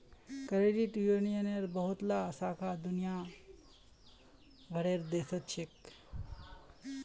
credit यूनियनेर बहुतला शाखा दुनिया भरेर देशत छेक